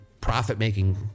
profit-making